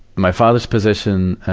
my father's position,